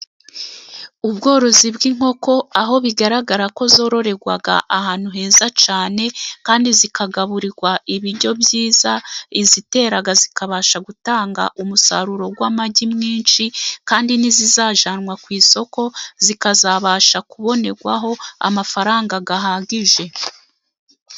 Ubworozi bw' inkoko aho bigaragara ko zororerwa ahantu heza cyane, kandi zikagaburirwa ibiryo byiza izitera zikabasha gutanga umusaruro w' amagi mwinshi, kandi n' izizajyanwa ku isoko zikazabasha kubonerwaho amafaranga ahagije.